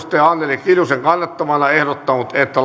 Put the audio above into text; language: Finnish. anneli kiljusen kannattamana ehdottanut että